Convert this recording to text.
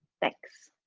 thanks.